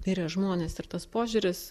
mirę žmonės ir tas požiūris